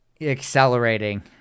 accelerating